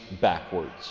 backwards